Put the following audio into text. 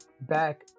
back